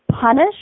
punish